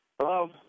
Hello